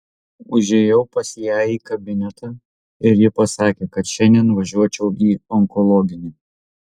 užėjau pas ją į kabinetą ir ji pasakė kad šiandien važiuočiau į onkologinį